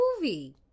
movie